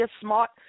smart